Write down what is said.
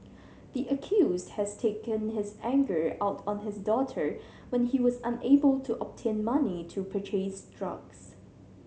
the accused had taken his anger out on his daughter when he was unable to obtain money to purchase drugs